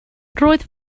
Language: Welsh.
roedd